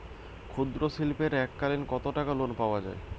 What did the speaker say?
ক্ষুদ্রশিল্পের এককালিন কতটাকা লোন পাওয়া য়ায়?